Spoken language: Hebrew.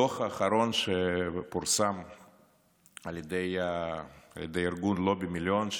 בדוח האחרון שפורסם על ידי ארגון לובי מיליון,